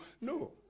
no